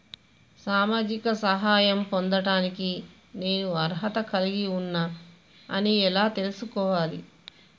సామాజిక సహాయం పొందడానికి నేను అర్హత కలిగి ఉన్న అని ఎలా తెలుసుకోవాలి?